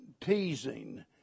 teasing